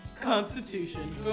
Constitution